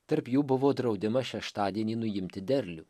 tarp jų buvo draudimas šeštadienį nuimti derlių